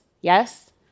Yes